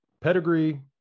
pedigree